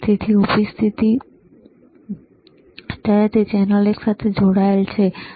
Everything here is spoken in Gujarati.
તેથી અત્યારે તે ચેનલ એક સાથે જોડાયેલ છે બરાબર